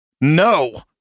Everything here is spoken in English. no